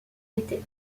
été